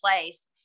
place